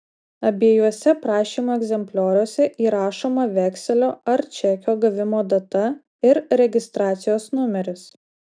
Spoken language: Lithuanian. abiejuose prašymo egzemplioriuose įrašoma vekselio ar čekio gavimo data ir registracijos numeris